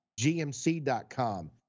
GMC.com